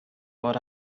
what